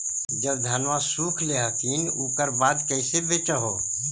जब धनमा सुख ले हखिन उकर बाद कैसे बेच हो?